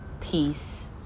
peace